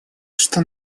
что